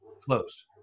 closed